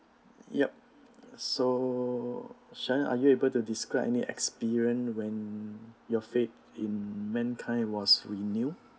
yup so sharon are you able to describe any experience when your faith in mankind was renewed